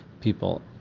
people